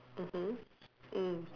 mmhmm mm